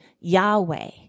Yahweh